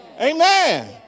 Amen